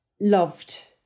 loved